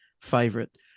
favorite